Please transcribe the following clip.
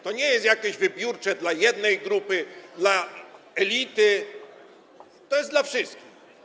Ono nie jest jakieś wybiórcze, dla jednej grupy, dla elity, to jest dla wszystkich.